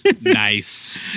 Nice